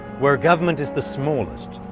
where government is the smallest.